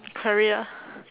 career